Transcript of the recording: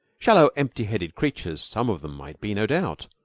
shallow, empty-headed creatures some of them might be, no doubt,